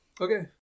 Okay